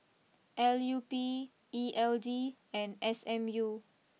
L U P E L D and S M U